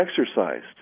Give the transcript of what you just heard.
exercised